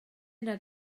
yna